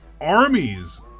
Armies